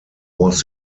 was